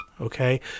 okay